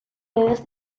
legez